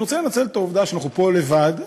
אני רוצה לנצל את העובדה שאנחנו פה לבד,